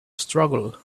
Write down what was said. struggle